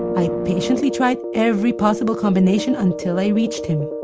i patiently tried every possible combination until i reached him